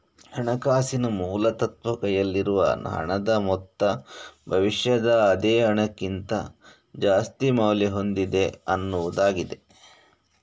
ಹಣಕಾಸಿನ ಮೂಲ ತತ್ವ ಕೈಯಲ್ಲಿರುವ ಹಣದ ಮೊತ್ತ ಭವಿಷ್ಯದ ಅದೇ ಹಣಕ್ಕಿಂತ ಜಾಸ್ತಿ ಮೌಲ್ಯ ಹೊಂದಿದೆ ಅನ್ನುದಾಗಿದೆ